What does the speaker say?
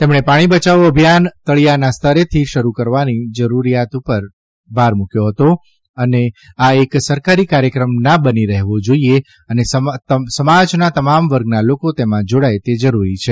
તેમણે પાણી બયાવો અભિયાન તળીયાના સ્તરેથી શરૂ કરવાની જરૂર જણાવીને કહ્યું હતું કે આ એક સરકારી કાર્યક્રમ ના બની રહેવો જાઈએ અને સમાજના તમામ વર્ગના લોકો તેમાં જાડાય તે જરૂરી છે